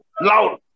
loud